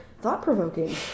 Thought-provoking